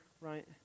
right